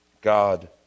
God